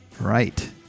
Right